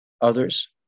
others